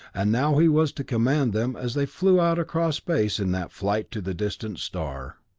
and now he was to command them as they flew out across space in that flight to the distant star.